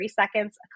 seconds